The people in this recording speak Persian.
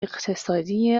اقتصادی